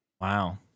Wow